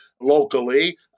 locally